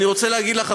אני רוצה להגיד לך,